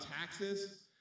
taxes